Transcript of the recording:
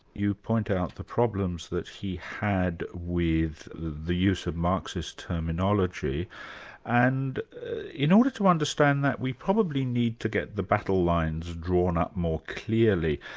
you point out the problems that he had with the the use of marxist terminology and in order to understand that, we probably need to get the battle lines drawn up more clearly.